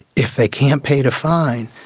if they can't pay the fine,